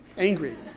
angry.